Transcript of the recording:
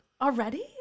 Already